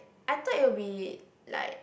I thought it will be like